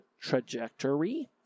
trajectory